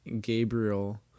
Gabriel